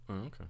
Okay